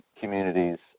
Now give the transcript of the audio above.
communities